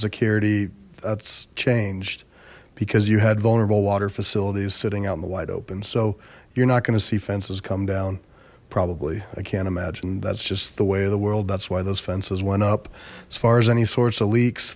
security that's changed because you had vulnerable water facilities sitting out in the wide open so you're not going to see fences come down probably i can't imagine that's just the way of the world that's why those fences went up as far as any sorts of leaks